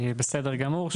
בסדר גמור.